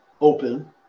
open